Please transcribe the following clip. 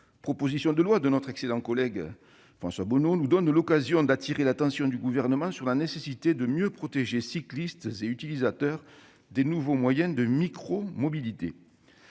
proposition de loi de notre excellent collègue François Bonneau nous offre l'occasion d'attirer l'attention du Gouvernement sur la nécessité de mieux protéger cyclistes et utilisateurs des nouveaux moyens de micromobilité.